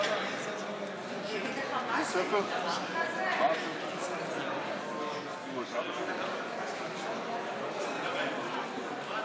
יגיד לך מה זה, אם כן, להלן תוצאות ההצבעה: בעד,